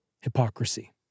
hypocrisy